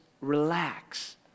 relax